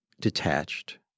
detached